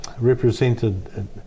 represented